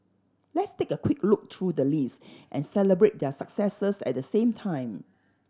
let's take a quick look through the list and celebrate their successes at the same time